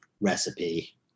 recipe